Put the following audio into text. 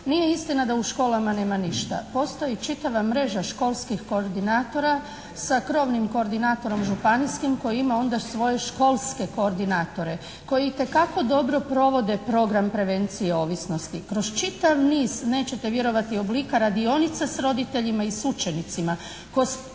Nije istina da u školama nema ništa. Postoji čitava mreža školskih koordinatora sa krovnim koordinatorom županijskim koji ima onda svoje školske koordinatore koji itekako dobro provode Program prevencije ovisnosti kroz čitav niz, nećete vjerovati, oblika radionica s roditeljima i s učenicima, kroz